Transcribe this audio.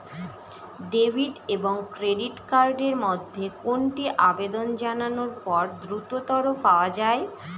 Debit এবং credit card এর মধ্যে কোনটি আবেদন জানানোর পর দ্রুততর পাওয়া য়ায়?